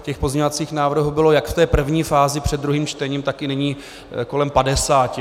Těch pozměňovacích návrhů bylo jak v té první fázi před druhým čtením, tak i nyní kolem padesáti.